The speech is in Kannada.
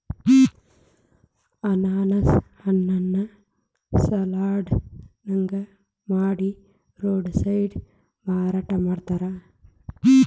ಅನಾನಸ್ ಹಣ್ಣನ್ನ ಸಲಾಡ್ ನಂಗ ಮಾಡಿ ರೋಡ್ ಸೈಡ್ ಮಾರಾಟ ಮಾಡ್ತಾರ